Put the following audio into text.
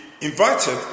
invited